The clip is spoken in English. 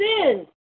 sin